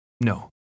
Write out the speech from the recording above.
no